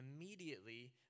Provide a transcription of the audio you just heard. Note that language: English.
immediately